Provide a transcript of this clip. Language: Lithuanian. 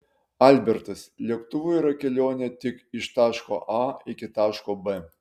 albertas lėktuvu yra kelionė tik iš taško a iki taško b